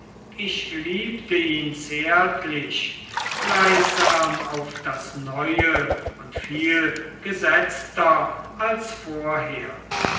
ich liebte ihn zärtlich gleichsam auf das neue und viel gesetzter als vorher